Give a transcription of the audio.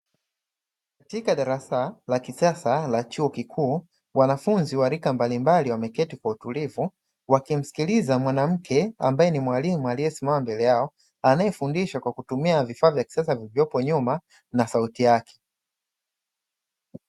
Katika darasa la kisasa la chuo kikuu, wanafunzi wa chuo kikuu wameketi kwa utulivu wakimsikiliza mwanamke ambaye ni mwalimu aliyesimama mbele yao, anayefundisha kwa kutumia vifaa vya kisasa vilivyopo nyuma na sauti yake.